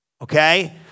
Okay